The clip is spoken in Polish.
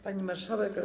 Pani Marszałek!